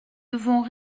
devons